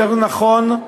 יותר נכון,